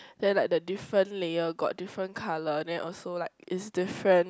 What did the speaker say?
then like the different layer got different colour then also like is different